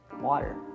water